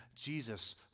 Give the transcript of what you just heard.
Jesus